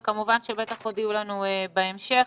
בבקשה.